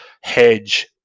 hedge